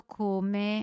come